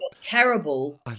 terrible